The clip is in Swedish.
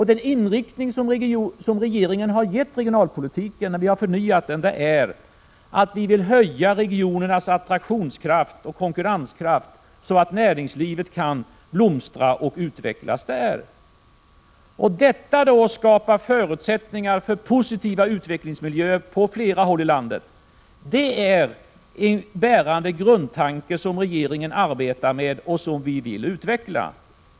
Den inriktning som regeringen gett regionalpolitiken då vi förnyat den är att vi vill höja regionernas attraktionskraft och konkurrenskraft så att näringslivet kan blomstra och utvecklas där. Detta skapar förutsättningar för positiva utvecklingsmiljöer på flera håll i landet. Det är en bärande grundtanke som regeringen arbetar med och som vi vill utveckla.